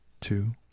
Two